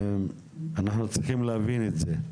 אנחנו צריכים להבין את זה.